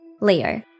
Leo